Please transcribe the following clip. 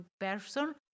person